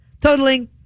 totaling